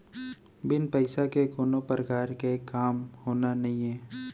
बिन पइसा के कोनो परकार के काम होना नइये